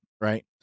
right